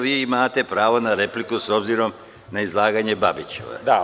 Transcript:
Vi imate pravo na repliku s obzirom na izlaganje Babiću.